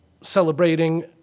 celebrating